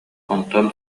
онтон